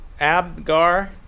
Abgar